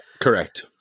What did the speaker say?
correct